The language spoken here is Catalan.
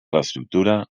l’escriptura